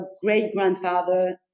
great-grandfather